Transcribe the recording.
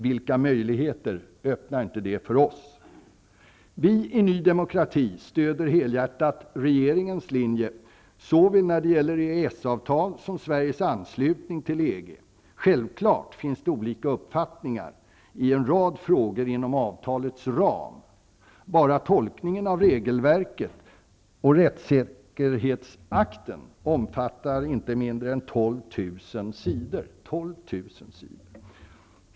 Vilka möjligheter öppnar inte det för oss! Vi i Ny Demokrati stöder helhjärtat regeringens linje när det gäller såväl EES-avtal som Sveriges anslutning till EG. Självfallet finns det olika uppfattningar i en rad frågor inom avtalets ram. Bara tolkningen av regelverket, rättsakterna, omfattar inte mindre än 12 000 s.